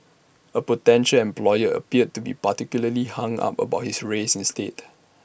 A potential employer appeared to be particularly hung up about his race instead